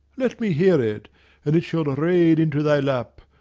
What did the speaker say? let me hear it and it shall rain into thy lap,